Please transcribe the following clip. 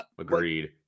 agreed